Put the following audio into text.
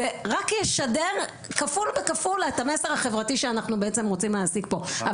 זה רק ישדר כפול וכפול את המסר החברתי שאנחנו בעצם רוצים להשיג פה.